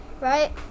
right